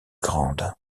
grande